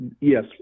yes